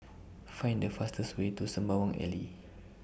Find The fastest Way to Sembawang Alley